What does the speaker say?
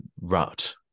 rut